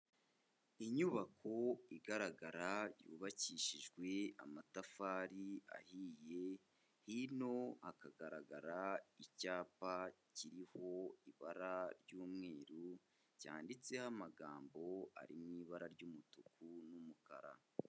Inyubako igaragara yubakishijwe amatafari ahiye, hino hakagaragara icyapa kiriho ibara ry'umweru cyanditseho amagambo ari mu ibara ry'umutuku n'umukara.